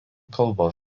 kalbos